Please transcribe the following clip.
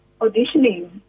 auditioning